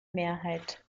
mehrheit